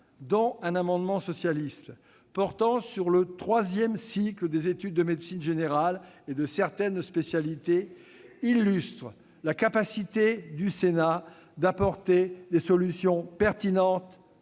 un amendement socialiste, portant sur le troisième cycle des études de médecine générale et de certaines spécialités démontrent la capacité du Sénat à apporter des solutions pertinentes,